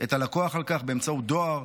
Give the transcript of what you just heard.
את הלקוח על כך באמצעות דואר,